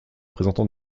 présentant